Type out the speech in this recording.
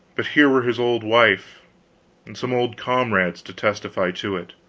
but here were his old wife and some old comrades to testify to it.